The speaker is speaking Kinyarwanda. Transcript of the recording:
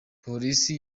polisi